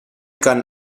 can